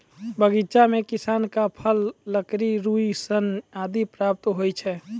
बगीचा सें किसान क फल, लकड़ी, रुई, सन आदि प्राप्त होय छै